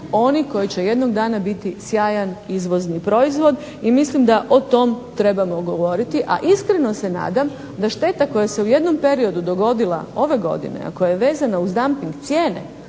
oni koji će jednog dana biti sjajan izvozni proizvod i m islim da o tome trebamo govoriti, a iskreno se nadam da šteta koja se u jednom periodu dogodila ove godine ako je vezana uz damping cijene